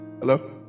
Hello